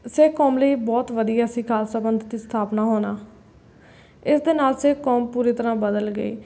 ਸਿੱਖ ਕੌਮ ਲਈ ਬਹੁਤ ਵਧੀਆ ਸੀ ਖਾਲਸਾ ਪੰਥ ਦੀ ਸਥਾਪਨਾ ਹੋਣਾ ਇਸ ਦੇ ਨਾਲ ਸਿੱਖ ਕੌਮ ਪੂਰੀ ਤਰ੍ਹਾਂ ਬਦਲ ਗਈ